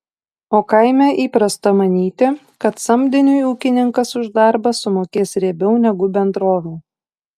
o kaime įprasta manyti kad samdiniui ūkininkas už darbą sumokės riebiau negu bendrovė